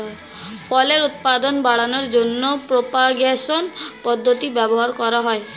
ফলের উৎপাদন বাড়ানোর জন্য প্রোপাগেশন পদ্ধতি ব্যবহার করা হয়